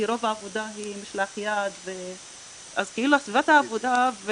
כי רוב העבודה היא משלח יד, אז סביבת העבודה,